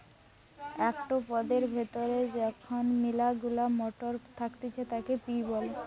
একটো পদের ভেতরে যখন মিলা গুলা মটর থাকতিছে তাকে পি বলে